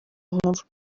nkuru